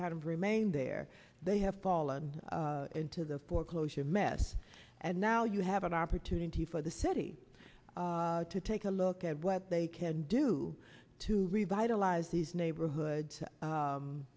kind of remained there they have fallen into the foreclosure mess and now you have an opportunity for the city to take a look at what they can do to revitalize these neighborhoods